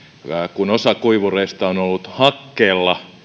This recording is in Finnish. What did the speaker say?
kun osa kuivureista on ollut hakkeella